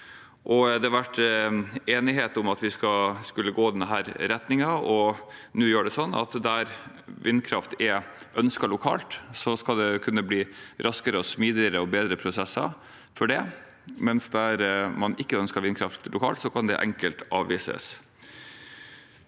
Det har vært enighet om at vi skulle gå i denne retningen og nå si at der vindkraft er ønsket lokalt, skal det kunne bli raskere, smidigere og bedre prosesser for det, mens der man ikke ønsker vindkraft lokalt, kan det enkelt avvises.